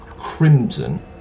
crimson